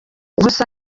gusa